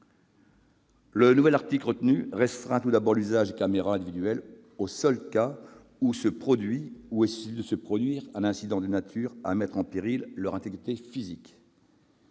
Le nouvel article retenu restreint, tout d'abord, l'usage des caméras individuelles aux seuls cas où « se produit ou est susceptible de se produire un incident de nature à mettre en péril leur intégrité physique